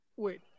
Wait